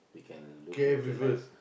we can look into like